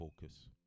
focus